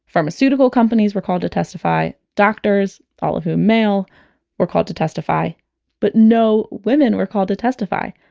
pharmaceutical companies were called to testify doctors all of whom, male were called to testify but no women were called to testify.